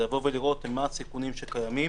לראות מה הסיכונים שקיימים